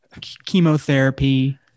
chemotherapy